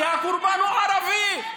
כי הקורבן הוא ערבי.